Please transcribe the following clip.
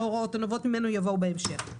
וההוראות הנובעות ממנו יבואו בהמשך.